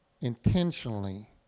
intentionally